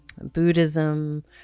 Buddhism